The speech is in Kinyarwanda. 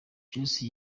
joyce